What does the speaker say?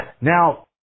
Now